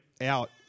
out